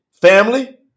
family